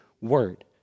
word